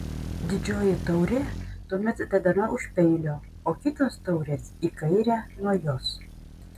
didžioji taurė tuomet dedama už peilio o kitos taurės į kairę nuo jos